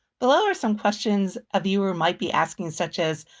below are some questions a viewer might be asking, such as,